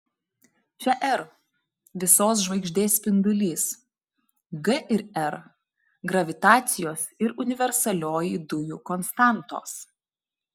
čia r visos žvaigždės spindulys g ir r gravitacijos ir universalioji dujų konstantos